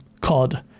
cod